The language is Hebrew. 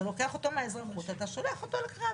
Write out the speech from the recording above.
אתה לוקח אותו מהאזרחות ושולח אותו לקרב.